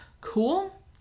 Cool